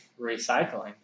recycling